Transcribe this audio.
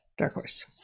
darkhorse